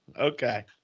Okay